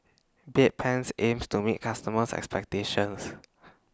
Bedpans aims to meet customers' expectations